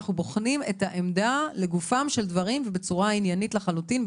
אלא את העמדה לגופם של דברים ובצורה עניינים לחלוטין,